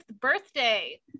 birthday